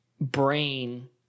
brain